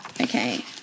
Okay